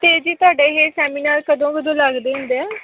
ਅਤੇ ਜੀ ਤੁਹਾਡੇ ਇਹ ਸੈਮੀਨਾਰ ਕਦੋਂ ਕਦੋਂ ਲੱਗਦੇ ਹੁੰਦੇ ਆ